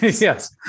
Yes